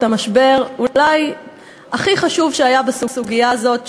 המשבר אולי הכי חמור שהיה בסוגיה הזאת,